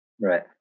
Right